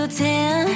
ten